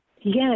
Yes